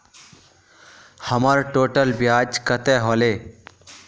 हमर टोटल ब्याज कते होले?